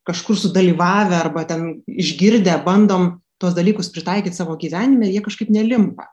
kažkur sudalyvavę arba ten išgirdę bandom tuos dalykus pritaikyt savo gyvenime jie kažkaip nelimpa